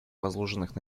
возложенных